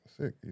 Sick